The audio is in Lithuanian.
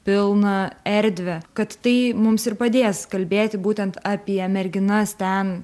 pilną erdvę kad tai mums ir padės kalbėti būtent apie merginas ten